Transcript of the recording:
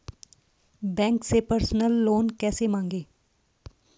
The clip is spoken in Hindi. बैंक से पर्सनल लोन कैसे मांगें?